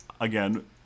again